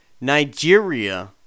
Nigeria